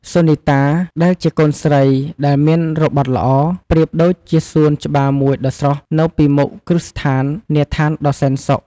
សុនីតា ដែលជាកូនស្រីដែលមានរបត់ល្អ ប្រៀបដូចជាសួនច្បារមួយដ៏ស្រស់នៅពីមុខគ្រឹះស្ថាន នាឋានដ៏សែនសុខ។